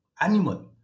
animal